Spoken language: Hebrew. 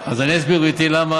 אז אני אסביר למה,